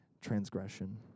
transgression